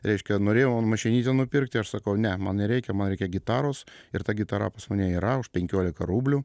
reiškia norėjau mašinytę nupirkti aš sakau ne man nereikia man reikia gitaros ir ta gitara pas mane yra už penkiolika rublių